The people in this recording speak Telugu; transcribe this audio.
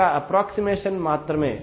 ఒక అప్ప్రోక్సిమెషన్ మాత్రమే